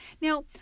Now